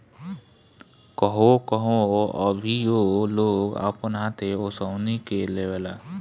कहवो कहवो अभीओ लोग अपन हाथे ओसवनी के लेवेला